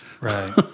Right